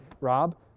Rob